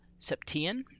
septian